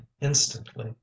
instantly